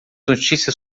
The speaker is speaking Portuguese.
notícias